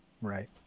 right